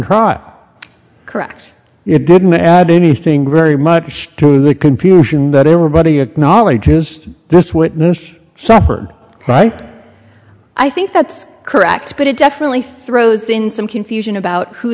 her correct it didn't add anything very much to the confusion that everybody acknowledges this witness suffered right i think that's correct but it definitely throws in some confusion about who